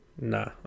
nah